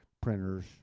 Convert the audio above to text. printers